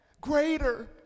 Greater